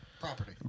property